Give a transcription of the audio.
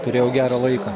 turėjau gerą laiką